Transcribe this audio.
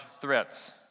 threats